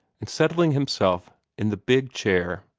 and settling himself in the big chair,